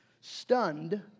Stunned